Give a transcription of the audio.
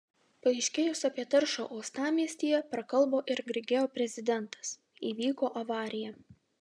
paaiškėjus apie taršą uostamiestyje prakalbo ir grigeo prezidentas įvyko avarija